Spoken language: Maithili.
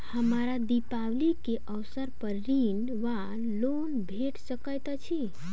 हमरा दिपावली केँ अवसर पर ऋण वा लोन भेट सकैत अछि?